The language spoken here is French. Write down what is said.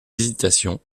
hésitations